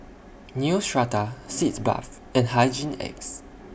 Neostrata Sitz Bath and Hygin X